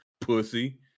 Pussy